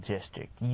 District